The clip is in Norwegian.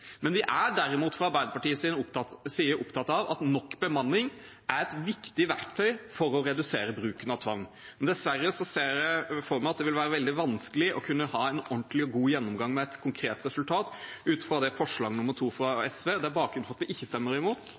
Vi er derimot fra Arbeiderpartiets side opptatt av at nok bemanning er et viktig verktøy for å redusere bruken av tvang, men dessverre ser jeg for meg at det vil være veldig vanskelig å kunne ha en ordentlig og god gjennomgang med et konkret resultat, ut fra forslag nr. 2, fra SV. Det er bakgrunnen for at vi stemmer imot